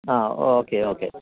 ആ okay okay